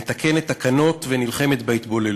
מתקנת תקנות ונלחמת בהתבוללות.